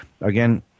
Again